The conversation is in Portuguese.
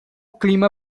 clima